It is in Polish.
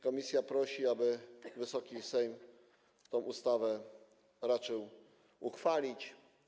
Komisja prosi, aby Wysoki Sejm tę ustawę raczył uchwalić.